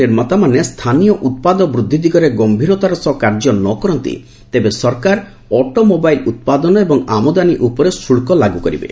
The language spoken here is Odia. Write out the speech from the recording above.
ନିର୍ମାତାମାନେ ସ୍ଥାନୀୟ ଉତ୍ପାଦ ବୃଦ୍ଧି ଦିଗରେ ଗମ୍ଭୀରତାର ସହ କାର୍ଯ୍ୟ ନ କରନ୍ତି ତେବେ ସରକାର ଅଟୋମୋବାଇଲ୍ ଉତ୍ପାଦନ ଏବଂ ଆମଦାନୀ ଉପରେ ଶୁଳ୍କ ଲାଗୁ କରିବେ